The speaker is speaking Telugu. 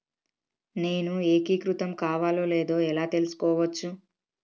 నేను ఏకీకృతం కావాలో లేదో ఎలా తెలుసుకోవచ్చు?